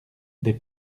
des